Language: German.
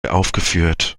aufgeführt